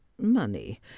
money